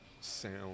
sound